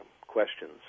questions